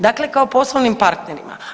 Dakle kao poslovnim partnerima.